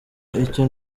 icyo